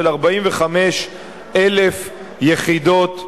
45,000 יחידות דיור.